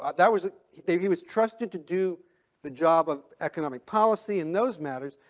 ah that was he was trusted to do the job of economic policy in those matters.